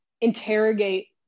interrogate